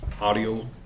audio